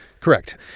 Correct